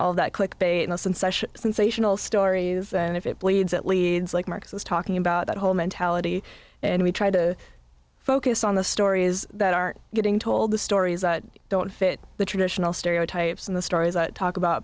all that click sensational stories and if it bleeds it leads like marx was talking about that whole mentality and we try to focus on the stories that aren't getting told the stories don't fit the traditional stereotypes and the stories i talk about